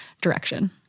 direction